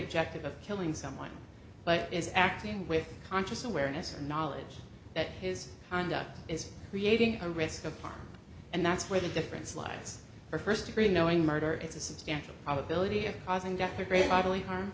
objective of killing someone but is acting with conscious awareness or knowledge that his conduct is creating a risk of harm and that's where the difference lies for st degree knowing murder it's a substantial probability of causing death or great bodily harm